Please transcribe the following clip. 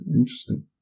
interesting